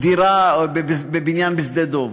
דירה בבניין בשדה-דב.